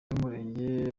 b’umurenge